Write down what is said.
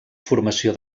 formació